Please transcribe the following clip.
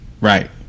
right